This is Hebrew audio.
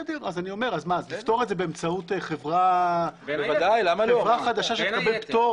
אז לפטור את זה באמצעות חברה חדשה שתקבל פטור?